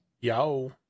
Yo